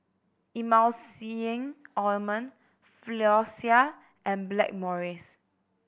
Emulsying Ointment Floxia and Blackmores